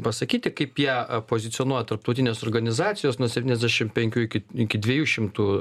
pasakyti kaip ją pozicionuoja tarptautinės organizacijos nuo septyniasdešim penkių iki iki dviejų šimtų